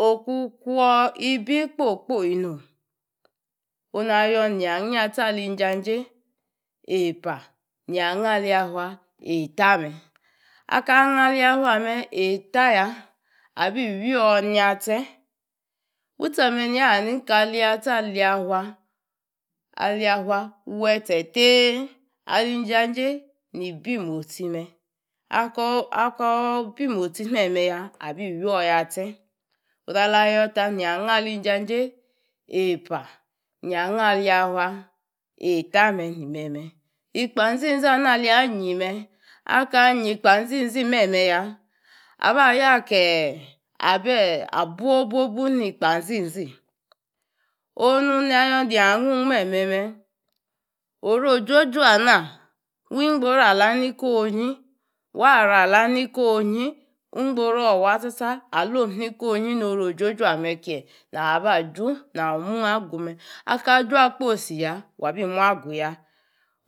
Okung kwor nibi kpoi kpoi nom. ona yoor ne yi aya’ atche alinjaje eipa, ne yi ayaa ali yafua eita me. Akaa yaa aliyafua ame eita ya. a bu- iwior ni yatche. Yutecha me’ ne yi aha ni ki yatche a li yafua. aliya fua, ali ya fua kuu we’ etse tei. A li injajei ni bi motsi meme ya, abi woor yatchén oru ala yoor ta ne yi anga ali uijajei eipa, ne yi anga ali fua eita me'ni me! me! Ikpanzizi ana ale yi anyi me’ alea yi kpanzizi meme’ ya. aba yaa’ kee’ abe ' a’ buo buobur ni kpanzizi. Onu na yoor neyi anagung meme’ nte! oru juoju and. waa wu ingboru ala ni konyi, waa'ro ala ni konyi, ongboruo wa tcha tcha alom ikonyi noru ọjuọ jua me kiye na aba ju noor mung aga me'. Aka jua kposi ya, wa bi muu agu ya.